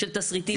של תשריטים.